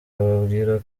bababwira